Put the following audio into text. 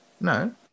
No